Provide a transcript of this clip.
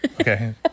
Okay